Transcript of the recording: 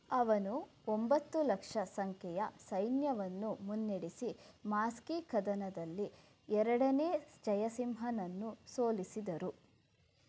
ಅವನು ಒಂಬತ್ತು ಲಕ್ಷ ಸಂಖ್ಯೆಯ ಸೈನ್ಯವನ್ನು ಮುನ್ನಡೆಸಿ ಮಾಸ್ಕೀ ಕದನದಲ್ಲಿ ಎರಡನೇ ಜಯಸಿಂಹನನ್ನು ಸೋಲಿಸಿದರು